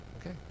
Okay